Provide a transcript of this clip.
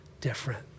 different